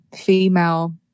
female